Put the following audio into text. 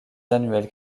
annuels